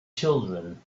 children